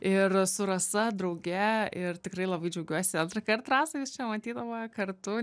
ir su rasa drauge ir tikrai labai džiaugiuosi antrąkart rasa jus čia matydama kartu